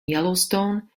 yellowstone